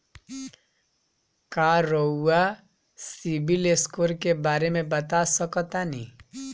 का रउआ CIBIL score के बारे में बता सकतानी?